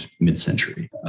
mid-century